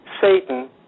Satan